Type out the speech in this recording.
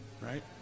right